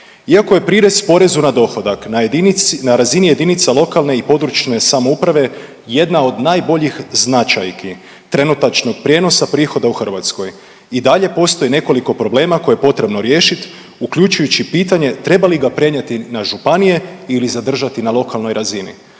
Iako je prirez porezu na dohodak na razini JLPS jedna od najboljih značajki trenutačnog prijenosa prihoda u Hrvatskoj i dalje postoji nekoliko problema koje je potrebno riješit uključujući i pitanje treba li ga prenijeti na županije ili zadržati na lokalnoj razini.